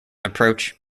approach